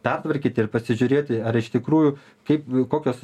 pertvarkyti ir pasižiūrėti ar iš tikrųjų kaip kokios